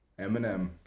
Eminem